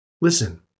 Listen